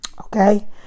okay